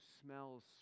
smells